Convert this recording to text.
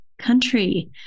country